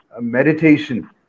meditation